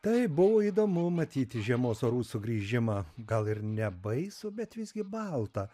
taip buvo įdomu matyti žiemos orų sugrįžimą gal ir ne baisą bet visgi baltą